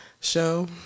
show